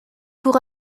pour